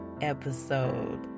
Episode